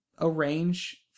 arrange